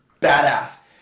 badass